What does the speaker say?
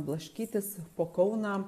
blaškytis po kauną